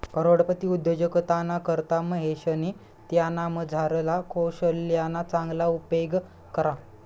करोडपती उद्योजकताना करता महेशनी त्यानामझारला कोशल्यना चांगला उपेग करा